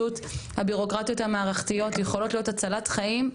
הבירוקרטיות המערכתיות יכולות ממש להפוך להצלחת חיים,